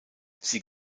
sie